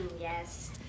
yes